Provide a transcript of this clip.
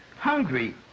Hungry